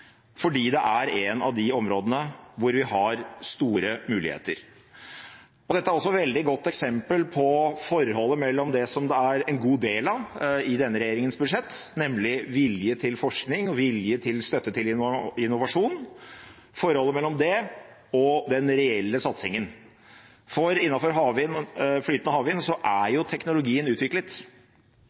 fordi det er et av de områdene hvor vi har store muligheter. Dette er også et veldig godt eksempel på forholdet mellom vilje til forskning og vilje til støtte til innovasjon – som det er en god del av i denne regjeringens budsjett – og den reelle satsingen. For når det gjelder flytende havvind, er jo teknologien utviklet, og